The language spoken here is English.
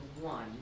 one